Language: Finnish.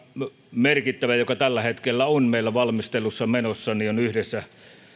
merkittävä hanke joka tällä hetkellä on meillä valmistelussa menossa on yhdessä